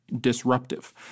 disruptive